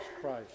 Christ